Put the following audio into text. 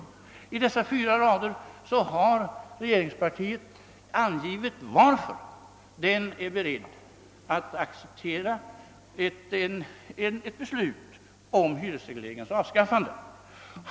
På dessa rader har regeringspartiet angivit varför det är berett att acceptera ett beslut om hyresregleringens avskaffande.